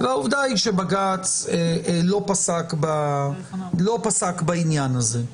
והעובדה היא שבג"ץ לא פסק בעניין הזה.